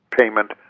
payment